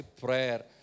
prayer